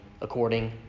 according